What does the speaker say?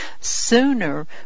sooner